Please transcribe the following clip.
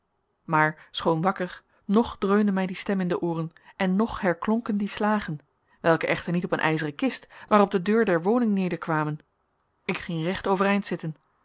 maar schoon wakker nog dreunde mij die stem in de ooren en nog herklonken die slagen welke echter niet op een ijzeren kist maar op de deur der woning nederkwamen ik ging recht overeind zitten